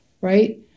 Right